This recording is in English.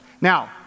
Now